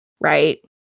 right